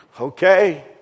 Okay